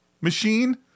machine